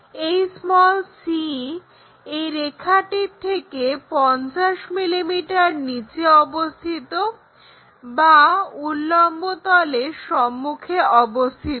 এবং c এই রেখাটির থেকে 50 mm নিচে অবস্থিত বা উল্লম্বতলের সম্মুখে অবস্থিত